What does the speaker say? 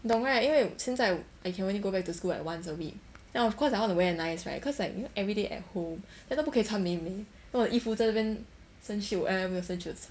你懂 right 因为现在 I can only go back to school like once a week then of course I wanna wear nice right cause like you know everyday at home then 都不可以穿美美 then 我的衣服在那边生锈 eh 没有生锈